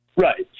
Right